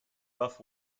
buff